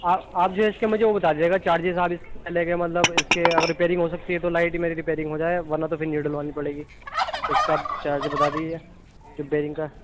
آپ آپ جو ہے اِس کا مجھے وہ بتا دیجیے گا چارجز وارجز یہ کہ مطلب اِس کے اگر ریپیئرنگ ہو سکتی ہے تو لائٹ کی میری ریپیئرنگ ہو جائے ورنہ تو پھر نیو ڈلوانی پڑے گی اِس کا چارج بتا دیجیے ریپیئرنگ کا